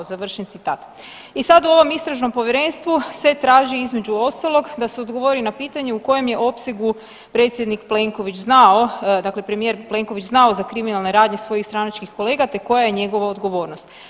I sad u ovom istražnom povjerenstvu se traži između ostalog da se odgovori na pitanje u kojem je opsegu predsjednik Plenković znao dakle premijer Plenković znao za kriminalne radnje svojih stranačkih kolega te koja je njegova odgovornost.